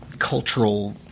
cultural